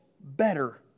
better